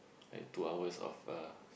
like two hours of uh